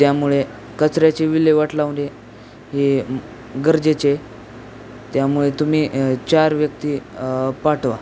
त्यामुळे कचऱ्याची विल्हेवाट लावणे हे गरजेचे त्यामुळे तुम्ही चार व्यक्ती पाठवा